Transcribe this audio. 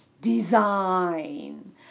design